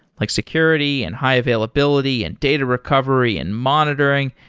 like security, and high availability, and data recovery, and monitoring,